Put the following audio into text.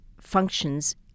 functions